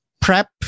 prep